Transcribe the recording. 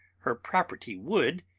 her property would,